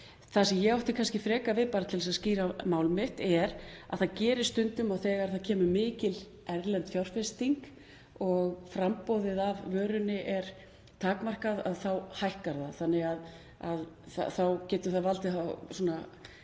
Það sem ég átti kannski frekar við, bara til að skýra mál mitt, er að það gerist stundum þegar það kemur mikil erlend fjárfesting og framboðið af vörunni er takmarkað þá hækkar það. Það getur þá valdið